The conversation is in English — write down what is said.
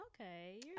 okay